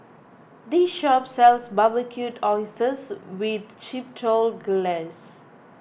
this shop sells Barbecued Oysters with Chipotle Glaze